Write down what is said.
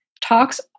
Talks